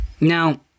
Now